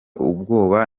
ubwoba